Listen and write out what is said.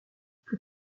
plus